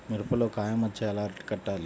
మిరపలో కాయ మచ్చ ఎలా అరికట్టాలి?